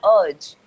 urge